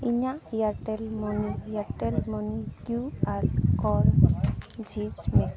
ᱤᱧᱟᱹᱜ Airtel money Airtel money Q R code ᱡᱷᱤᱡᱽᱢᱮ